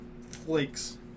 flakes